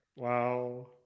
Wow